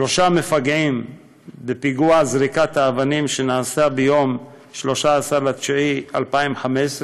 שלושה מפגעים בפיגוע זריקת האבנים שנעשה ביום 13 בספטמבר 2015,